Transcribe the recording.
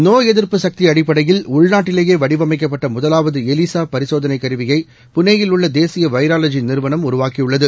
நோய் எதிர்ப்பு சக்தி அடிப்படையில் உள்நாட்டிலேயே வடிவமைக்கப்பட்ட முதலாவது எலிசா பரிசோதனை கருவியை புனேயில் உள்ள தேசிய வைராவாஜி நிறுவனம் உருவாக்கியுள்ளது